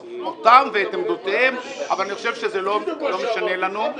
אותם ואת עמדותיהם, אבל אני חושב שזה לא משנה לנו.